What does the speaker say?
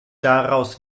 daraus